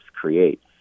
create